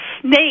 snake